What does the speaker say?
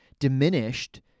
diminished